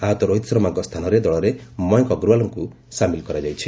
ଆହତ ରୋହିତ ଶର୍ମାଙ୍କ ସ୍ଥାନରେ ଦଳରେ ମୟଙ୍କ ଅଗ୍ରୱାଲାଙ୍କୁ ସାମିଲ୍ କରାଯାଇଛି